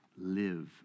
Live